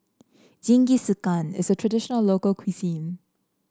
jingisukan is a traditional local cuisine